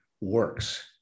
works